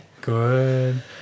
Good